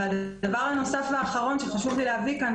הדבר הנוסף והאחרון שחשוב לי להביא לכאן,